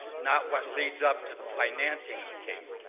not what leads up to the financing of the case,